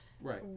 right